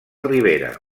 ribera